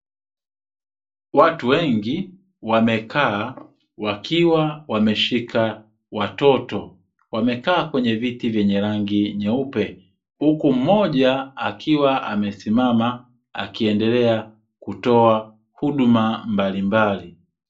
Watu wengi wamekaa wakiwa wameshika watoto. Wamekaa kwenye viti vyenye rangi nyeupe, huku mmoja akiwa amesimama akiendelea kutoa huduma mbalimbali.